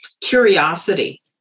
Curiosity